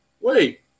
wait